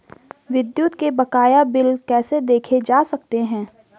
विद्युत के बकाया बिल कैसे देखे जा सकते हैं?